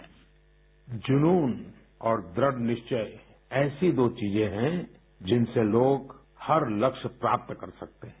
sound bite जुनून और दृढ़निश्चय ऐसी दो चीजें हैं जिनसे लोग हर लक्ष्य प्राप्त कर सकते हैं